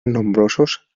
nombrosos